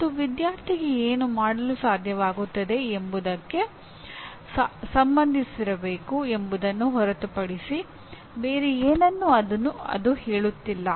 ಅದು ವಿದ್ಯಾರ್ಥಿಗೆ ಏನು ಮಾಡಲು ಸಾಧ್ಯವಾಗುತ್ತದೆ ಎಂಬುದಕ್ಕೆ ಸಂಬಂಧಿಸಿರಬೇಕು ಎಂಬುದನ್ನು ಹೊರತುಪಡಿಸಿ ಬೇರೆ ಏನನ್ನೂ ಅದು ಹೇಳುತ್ತಿಲ್ಲ